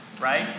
right